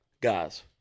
guys